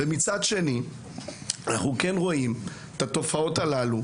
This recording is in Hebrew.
ומצד שני אנחנו כן רואים את התופעות הללו,